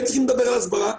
כן צריכים לדבר על הסברה,